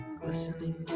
glistening